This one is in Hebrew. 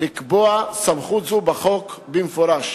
לקבוע סמכות זו בחוק במפורש.